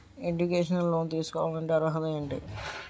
Educational loan తీసుకోవాలంటే అర్హత ఏంటి?